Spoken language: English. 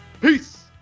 Peace